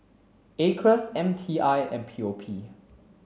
Acres M T I and P O P